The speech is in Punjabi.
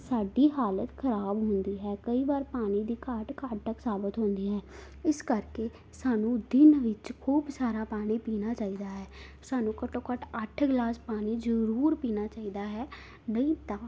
ਸਾਡੀ ਹਾਲਤ ਖਰਾਬ ਹੁੰਦੀ ਹੈ ਕਈ ਵਾਰ ਪਾਣੀ ਦੀ ਘਾਟ ਘਾਤਕ ਸਾਬਤ ਹੁੰਦੀ ਹੈ ਇਸ ਕਰਕੇ ਸਾਨੂੰ ਦਿਨ ਵਿੱਚ ਖੂਬ ਸਾਰਾ ਪਾਣੀ ਪੀਣਾ ਚਾਹੀਦਾ ਹੈ ਸਾਨੂੰ ਘੱਟੋ ਘੱਟ ਅੱਠ ਗਿਲਾਸ ਪਾਣੀ ਜ਼ਰੂਰ ਪੀਣਾ ਚਾਹੀਦਾ ਹੈ ਨਹੀਂ ਤਾਂ